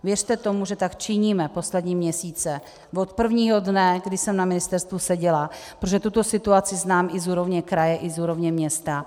Věřte tomu, že tak činíme poslední měsíce, od prvního dne, kdy jsem na ministerstvu seděla, protože tuto situaci znám i z úrovně kraje a města.